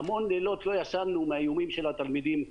לא יגיד שהוא לא רוצה להתעסק עם התלמיד,